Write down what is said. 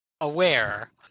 aware